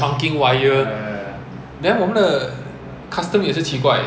因因为价钱太少 liao so there is all these things that actually